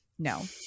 No